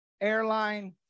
airline